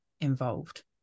involved